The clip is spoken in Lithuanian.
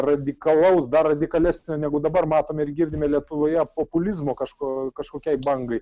radikalaus dar radikalesnio negu dabar matome ir girdime lietuvoje populizmo kažko kažkokiai bangai